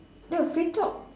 ya free talk